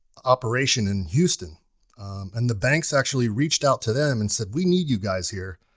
operation in houston and the banks actually reached out to them and said, we need you guys here.